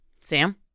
Sam